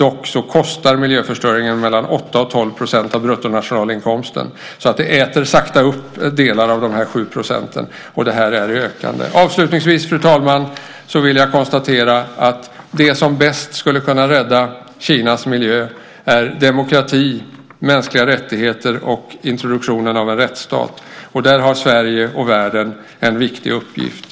Miljöförstöringen kostar dock mellan 8 och 12 % av bruttonationalinkomsten, så den äter sakta upp delar av de här 7 %, och det här är ökande. Avslutningsvis, fru talman, vill jag konstatera att det som bäst skulle kunna rädda Kinas miljö är demokrati, mänskliga rättigheter och introduktionen av en rättsstat. Där har Sverige och världen en viktig uppgift.